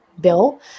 bill